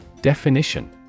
Definition